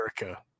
america